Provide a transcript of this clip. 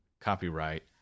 copyright